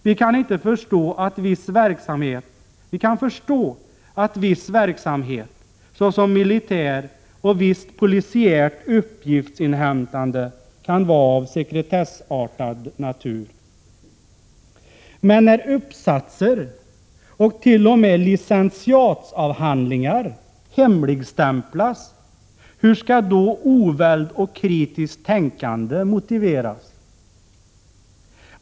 Vi kan förstå att viss verksamhet, såsom militär verksamhet och visst polisiärt uppgiftsinhämtande, kan vara av sekretessartad natur. Men när uppsatser och t.o.m. licentiatavhandlingar hemligstämplas, hur skall då oväld och kritiskt tänkande motiveras?